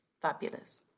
fabulous